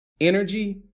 Energy